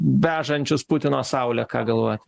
vežančius putino saulę ką galvojat